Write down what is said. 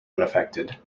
unaffected